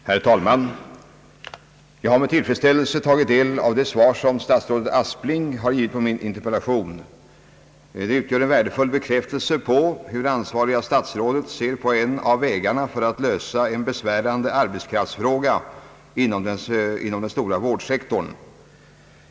Herr talman! Jag har med tillfredsställelse tagit del av det svar som statsrådet Aspling gett på min interpellation. Det utgör en värdefull bekräftelse på hur det ansvariga statsrådet ser på en av vägarna för att lösa en besvärande arbetskraftsfråga inom den stora vårdsektorn.